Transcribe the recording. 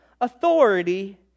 Authority